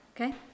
okay